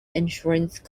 insurance